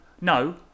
No